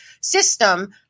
system